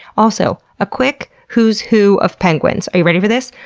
also, a quick who's who of penguins. are you ready for this?